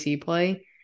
play